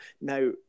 Now